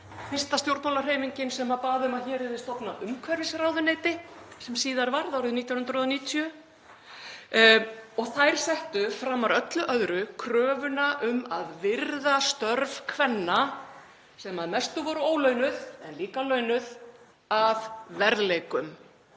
fyrsta stjórnmálahreyfingin sem bað um að hér yrði stofnað umhverfisráðuneyti, sem síðar varð árið 1990. Þær settu framar öllu öðru kröfuna um að virða störf kvenna sem að mestu voru ólaunuð en líka launuð að verðleikum,